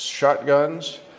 shotguns